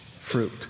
fruit